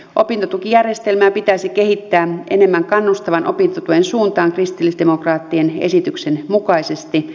opintotukijärjestelmää pitäisi kehittää enemmän kannustavan opintotuen suuntaan kristillisdemokraattien esityksen mukaisesti